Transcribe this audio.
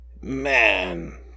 Man